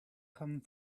come